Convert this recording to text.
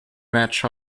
match